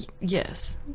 Yes